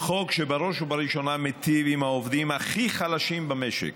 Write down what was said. חוק שבראש ובראשונה מיטיב עם העובדים הכי חלשים במשק.